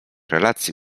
relacji